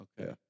Okay